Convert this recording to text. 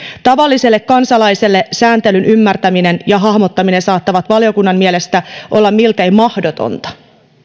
tavalliselle kansalaiselle sääntelyn ymmärtäminen ja hahmottaminen saattaa valiokunnan mielestä olla miltei mahdotonta